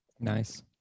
nice